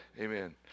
amen